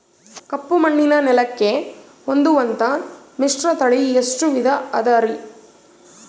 ಕಪ್ಪುಮಣ್ಣಿನ ನೆಲಕ್ಕೆ ಹೊಂದುವಂಥ ಮಿಶ್ರತಳಿ ಎಷ್ಟು ವಿಧ ಅದವರಿ?